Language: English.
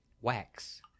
wax